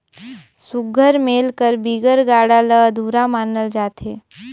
सुग्घर मेल कर बिगर गाड़ा ल अधुरा मानल जाथे